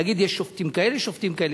להגיד יש שופטים כאלה ויש שופטים כאלה,